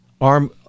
arm